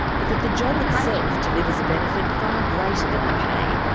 but that the job itself delivers a benefit far greater than the pay.